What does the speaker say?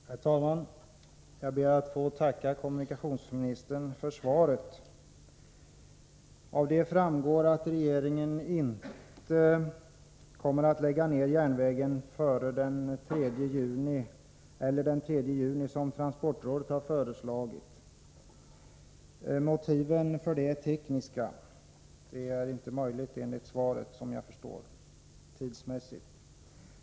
Herr talman! Jag ber att få tacka kommunikationsministern för svaret. Det framgår av svaret att regeringen inte kommer att lägga ner järnvägen den 3 juni, som transportrådet har föreslagit. Motiven för det är tekniska — som jag uppfattar kommunikationsministern är detta inte tidsmässigt möjligt.